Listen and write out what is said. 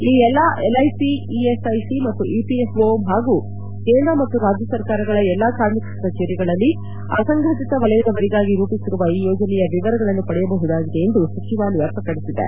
ಈ ಎಲ್ಲ LIC ESIC ಮತ್ತು ಇಪಿಎಫ್ಒ ಹಾಗೂ ಕೇಂದ್ರ ಮತ್ತು ರಾಜ್ಯ ಸರ್ಕಾರಗಳ ಎಲ್ಲ ಕಾರ್ಮಿಕ ಕಚೇರಿಗಳಲ್ಲಿ ಅಸಂಘಟಿತ ವಲಯದವರಿಗಾಗಿ ರೂಪಿಸಿರುವ ಈ ಯೋಜನೆಯ ವಿವರಗಳನ್ನು ಪಡೆಯಬಹುದಾಗಿದೆ ಎಂದು ಸಚಿವಾಲಯ ಪ್ರಕಟಿಸಿದೆ